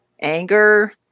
anger